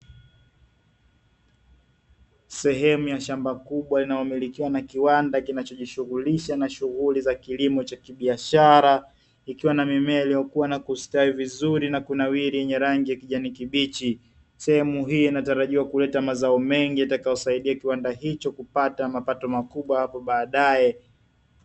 Sehemu ya shamba kubwa inayomilikiwa na kiwanda kinacho jishughulisha na shughuli za kilimo cha kibiashara, ikiwa na mimea iliyokua na kustawi vizuri na kunawili yenye rangi ya kijani kibichi, sehemu hii inatarajiwa kuleta mazao mengi yatakayo saidia kiwanda hicho kupata mapato makubwa hapo baadae.